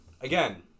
again